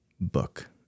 book